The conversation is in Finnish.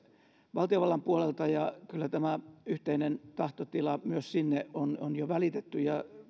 valtiovallan puolelta ja kyllä tämä yhteinen tahtotila myös sinne on on jo välitetty